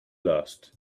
lost